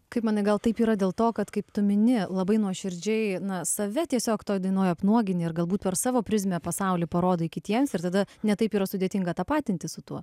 kaip manai gal taip yra dėl to kad kaip tu mini labai nuoširdžiai na save tiesiog toj dainoj apnuogini ir galbūt per savo prizmę pasaulį parodai kitiems ir tada ne taip yra sudėtinga tapatinti su tuo